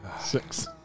Six